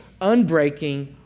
unbreaking